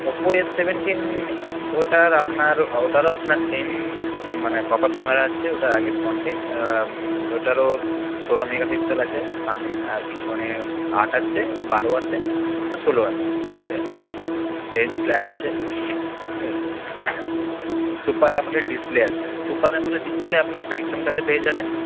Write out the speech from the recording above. Oppo A seventeen ওটার আপনার ওটারও আপনার সেম মানে পপ আপ ক্যামেরা আছে ওটার আগে ফ্রন্টে ওটারও ষোলো মেগাপিক্সেল আছে সামনে আর পিছনে আট আছে বারো আছে আর ষোলো আছে তিনটে আছে এলইডি ফ্ল্যাশ ঠিক আছে সুপার এমোলেড ডিসপ্লে আছে সুপার এমোলেড ডিসপ্লে আপনার স্যামসাংটাতে পেয়ে যাবেন